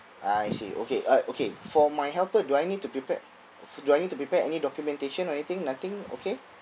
I see okay uh okay for my helper do I need to prepare do I need to prepare any documentation or anything nothing okay